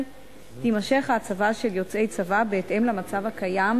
תימשך ההצבה של יוצאי צבא בהתאם למצב הקיים,